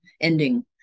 ending